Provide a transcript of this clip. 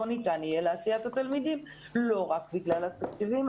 ניתן יהיה להסיע את התלמידים לא רק בגלל התקציבים,